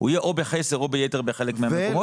הוא יהיה או בחסר או ביתר בחלק מהמקומות.